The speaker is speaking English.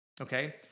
Okay